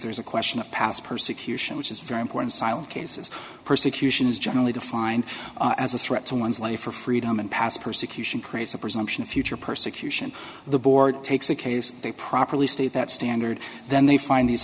there's a question of past persecution which is very important silent cases persecution is only defined as a threat to one's life or freedom and past persecution praise the presumption of future persecution the board takes a case they properly state that standard then they find these